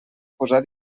posar